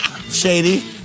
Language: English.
Shady